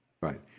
Right